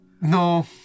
No